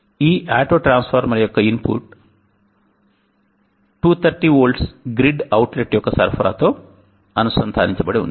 ఈ ఆటోట్రాన్స్ఫార్మర్ యొక్క input 230V grid outlet యొక్క సరఫరాతో అనుసంధానించబడి ఉంది